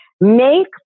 make